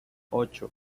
ocho